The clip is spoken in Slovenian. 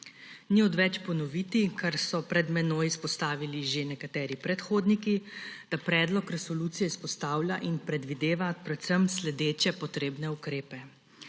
Ni odveč ponoviti, kar so pred menoj izpostavili že nekateri predhodniki, da predlog resolucije izpostavlja in predvideva predvsem naslednje potrebne ukrepe: